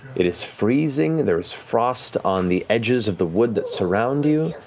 it is freezing there's frost on the edges of the wood that surround you.